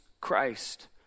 Christ